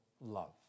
love